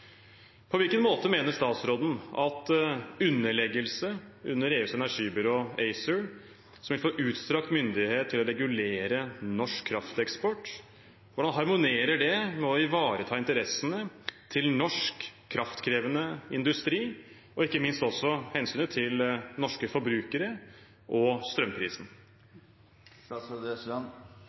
På hvilken måte mener statsråden at underleggelse under EUs energibyrå ACER, som vil få utstrakt myndighet til å regulere norsk krafteksport, harmonerer med å ivareta interessene til norsk kraftkrevende industri, og ikke minst også hensynet til norske forbrukere og